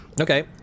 Okay